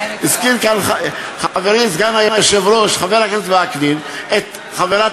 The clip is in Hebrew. הזכיר כאן חברי סגן היושב-ראש חבר הכנסת וקנין את חברת